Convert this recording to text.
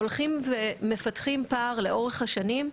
הולכים ומפתחים פער לאורך השנים,